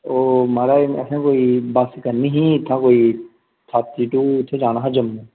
ओह् महाराज असें कोई बस करनी ही इत्थें कोई थात्ती टू इत्थें जाना हा जम्मू